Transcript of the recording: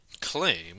claim